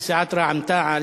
של סיעת רע"ם-תע"ל,